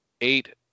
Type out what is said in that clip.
eight